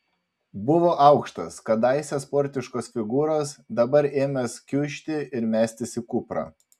buvo aukštas kadaise sportiškos figūros dabar ėmęs kiužti ir mestis į kuprą